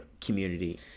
community